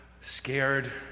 Scared